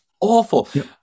awful